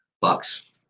Bucks